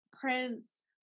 Prince